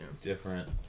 different